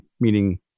meaning